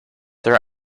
their